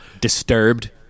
Disturbed